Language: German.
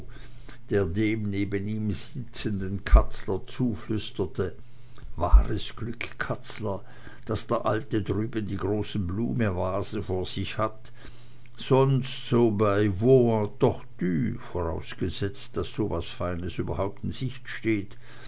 der dem neben ihm sitzenden katzler zuflüsterte wahres glück katzler daß der alte drüben die große blumenvase vor sich hat sonst so bei veau en tortue vorausgesetzt daß so was feines überhaupt in sicht steht